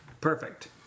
perfect